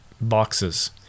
boxes